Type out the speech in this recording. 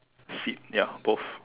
seat ya both